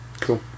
Cool